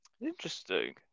interesting